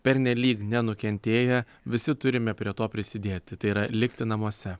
pernelyg nenukentėję visi turime prie to prisidėti tai yra likti namuose